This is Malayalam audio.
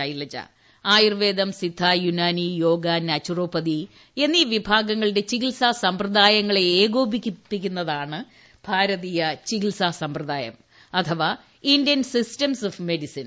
ശൈലജ ആയുർവേദം സിദ്ധ യൂനാനി യോഗ നാച്യുറോപ്പതി എന്നീ വിഭാഗങ്ങളുടെ ചികിത്സാ സമ്പ്രദായങ്ങളെ ഏകോപിക്കുന്നതാണ് ഭാരതീയ ചികിത്സാ സമ്പ്രദായം അഥവാ ഇന്ത്യൻ സിസ്റ്റംസ് ഓഫ് മെഡിസിൻ